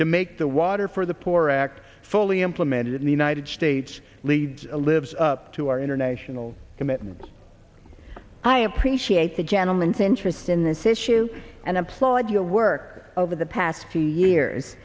to make the water for the poor act fully implemented in the united states leads to lives up to our international commitments i appreciate the gentleman to interest in this issue and i applaud your work over the past two years